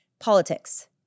Politics